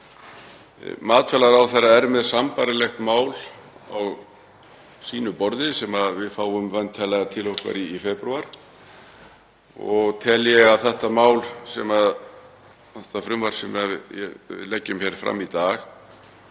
Matvælaráðherra er með sambærilegt mál á sínu borði sem við fáum væntanlega til okkar í febrúar. Ég tel að það frumvarp sem við leggjum hér fram í dag